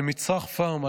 על מצרך פארם,